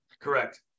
Correct